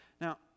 Now